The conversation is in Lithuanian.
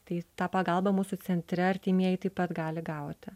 tai tą pagalbą mūsų centre artimieji taip pat gali gauti